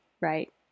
Right